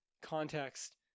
context